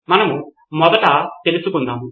కాబట్టి మనం మొదట తెలుసుకుందాము